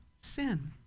sin